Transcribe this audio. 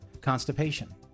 constipation